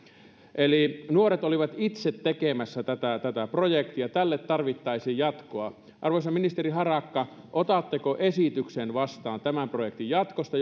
eli nuoret olivat itse tekemässä tätä tätä projektia tälle tarvittaisiin jatkoa arvoisa ministeri harakka otatteko esityksen vastaan tämän projektin jatkosta